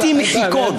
האנטי-מחיקון?